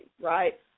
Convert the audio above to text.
right